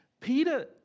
Peter